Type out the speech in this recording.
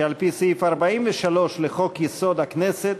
שעל-פי סעיף 43 לחוק-יסוד: הכנסת,